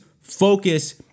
focus